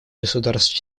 государств